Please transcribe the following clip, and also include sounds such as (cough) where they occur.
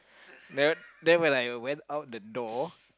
(breath) then then when I went out the door